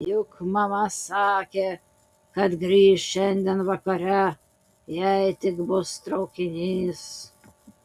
juk mama sakė kad grįš šiandien vakare jei tik bus traukinys